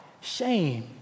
shame